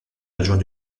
adjoint